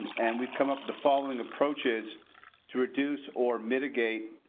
and we've come up with the following approaches to reduce or mitigate.